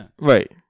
right